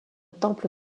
temple